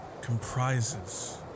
comprises